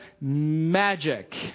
magic